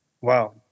Wow